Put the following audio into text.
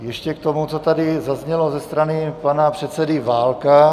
Ještě k tomu, co tady zaznělo ze strany pana předsedy Válka.